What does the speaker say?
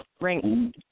Ring